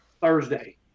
Thursday